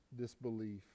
disbelief